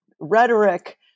rhetoric